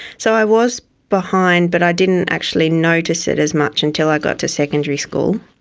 so i was behind but i didn't actually notice it as much until i got to secondary school.